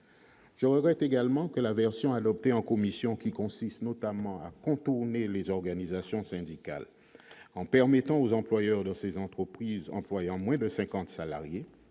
Je regrette également la version adoptée en commission, qui prévoit notamment de contourner les organisations syndicales en permettant aux employeurs dans les entreprises de moins de cinquante salariés